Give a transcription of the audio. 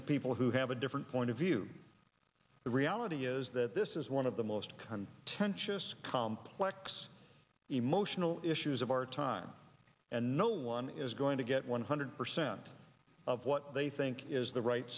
to people who have a different point of view the reality is that this is one of the most current tensions complex emotional issues of our time and no one is going to get one hundred percent of what they think is the right